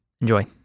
Enjoy